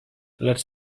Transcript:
lecz